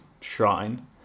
shrine